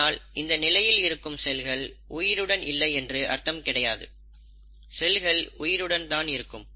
இதனால் இந்த நிலையில் இருக்கும் செல்கள் உயிருடன் இல்லை என்று அர்த்தம் கிடையாது செல்கள் உயிருடன் தான் இருக்கும்